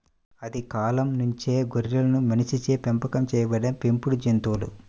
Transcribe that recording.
ఆది కాలం నుంచే గొర్రెలు మనిషిచే పెంపకం చేయబడిన పెంపుడు జంతువులు